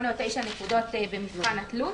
נקודות במבחן התלות.